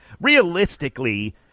realistically –